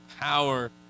power